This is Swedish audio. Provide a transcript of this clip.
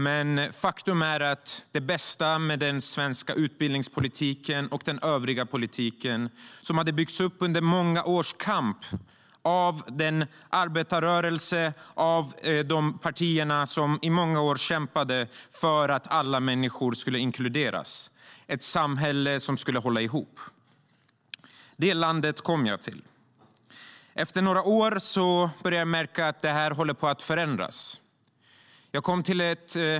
Men det bästa var den svenska utbildningspolitiken och den övriga politiken som hade byggts upp under många års kamp av den arbetarrörelse och de partier som kämpade i många år för att alla människor skulle inkluderas. De kämpade för ett samhälle som skulle hålla ihop. Det landet kom jag till. Efter några år började jag märka att det höll på att förändras.